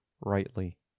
rightly